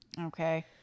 Okay